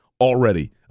already